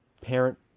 parent